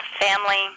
family